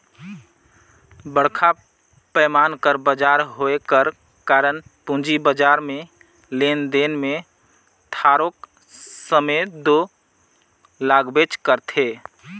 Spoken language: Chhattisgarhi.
बड़खा पैमान कर बजार होए कर कारन पूंजी बजार में लेन देन में थारोक समे दो लागबेच करथे